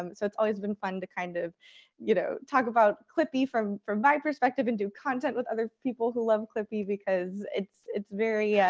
um so it's always been fun to kind of you know talk about clippy from from my perspective and do content with other people who love clippy because it's it's very, yeah